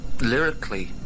lyrically